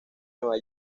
nueva